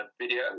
Video